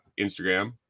Instagram